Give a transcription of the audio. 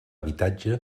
habitatge